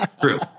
true